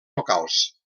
locals